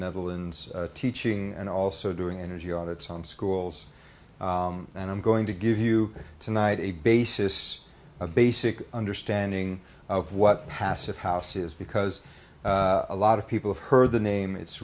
netherlands teaching and also doing energy audits on schools and i'm going to give you tonight a basis a basic understanding of what passive house is because a lot of people have heard the name it's